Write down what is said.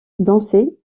danser